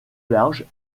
large